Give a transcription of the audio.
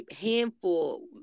handful